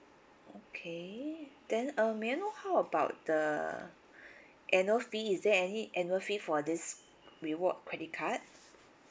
okay then um may I know how about the annual fee is there any annual fee for this reward credit card